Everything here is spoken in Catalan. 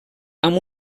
amb